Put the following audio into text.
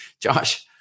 Josh